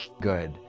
good